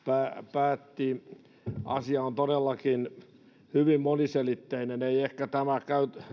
päätti asia on todellakin hyvin moniselitteinen ei ehkä tämä